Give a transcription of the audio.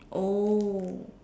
oh